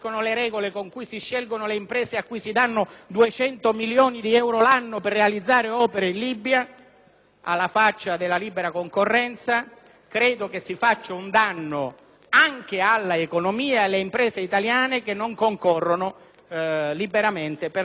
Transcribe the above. (alla faccia della libera concorrenza!), si fa un danno anche all'economia e alle imprese italiane che non concorrono liberamente per l'aggiudicazione di queste gare.